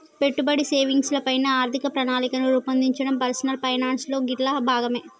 పెట్టుబడి, సేవింగ్స్ ల పైన ఆర్థిక ప్రణాళికను రూపొందించడం పర్సనల్ ఫైనాన్స్ లో గిట్లా భాగమే